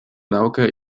naukę